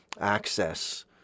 access